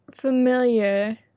familiar